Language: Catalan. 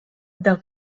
del